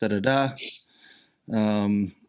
Da-da-da